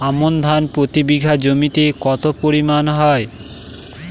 আমন ধান প্রতি বিঘা জমিতে কতো পরিমাণ হয়?